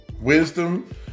wisdom